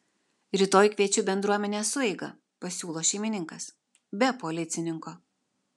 rytoj kviečiu bendruomenės sueigą pasiūlo šeimininkas be policininko